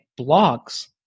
blogs